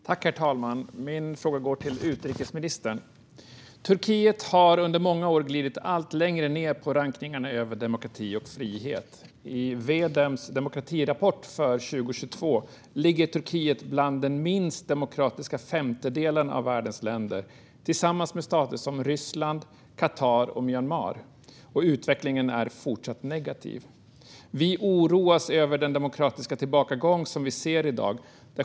Herr talman! Min fråga går till utrikesministern. Turkiet har under många år glidit allt längre ned i rankningarna över demokrati och frihet. I V-Dems demokratirapport för 2022 ligger Turkiet bland den minst demokratiska femtedelen av världens länder tillsammans med stater som Ryssland, Qatar och Myanmar, och utvecklingen är fortsatt negativ. Vi oroas över den demokratiska tillbakagång som man kan se i dag.